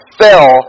fell